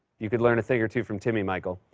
you could learn a thing or two from timmy, michael.